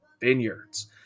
vineyards